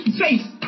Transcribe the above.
face